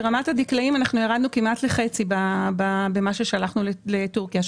ברמת הדקלאים ירדנו כמעט לחצי במה ששלחנו לטורקיה.